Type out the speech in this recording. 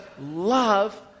love